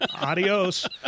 adios